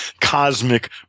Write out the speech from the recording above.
cosmic